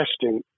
testing